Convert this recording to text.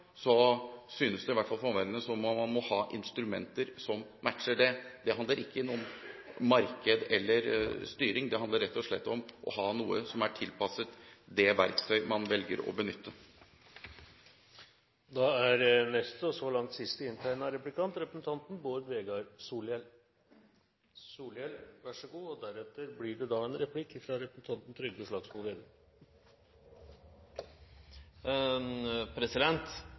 så politisk prosjekt som det tross alt er å ha en felles valuta, synes det i hvert fall for omverdenen som om man må ha instrumenter som matcher det. Det handler ikke om marked eller om styring; det handler rett og slett om å ha noe som er tilpasset det verktøy man velger å benytte. Representanten